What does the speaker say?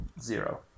zero